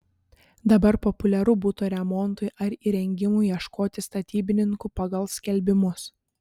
dabar populiaru buto remontui ar įrengimui ieškoti statybininkų pagal skelbimus